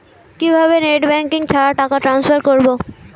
কিভাবে net banking ছাড়া টাকা টান্সফার করব?